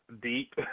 deep